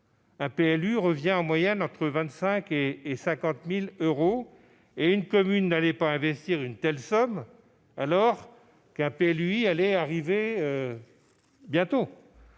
un PLU coûte en moyenne entre 25 000 et 50 000 euros ; une commune n'allait pas investir une telle somme alors qu'un PLUi allait bientôt